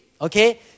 okay